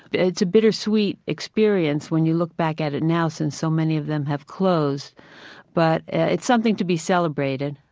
but it's a bittersweet experience when you look back at it now since so many of them have close but it's something to be celebrated